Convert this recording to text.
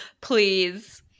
Please